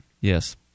Yes